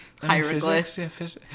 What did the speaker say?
hieroglyphs